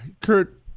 Kurt